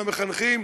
למחנכים,